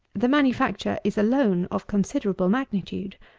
the manufacture is alone of considerable magnitude.